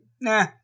Nah